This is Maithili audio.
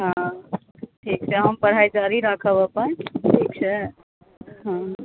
ठीक छै हम पढाई जारी राखब अपन ठीक छै हँ